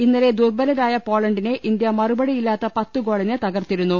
ഇന്നലെ ദുർബലരായ പോളണ്ടിനെ ഇന്ത്യ മറുപടിയില്ലാത്ത പത്തു ഗോളിന് തകർത്തിരുന്നു